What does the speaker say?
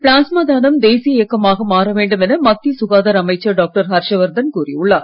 plasma தானம் தேசிய இயக்கமாக மாற வேண்டும் என மத்திய சுகாதார அமைச்சர் டாக்டர் ஹர்ஷவர்தன் கூறியுள்ளார்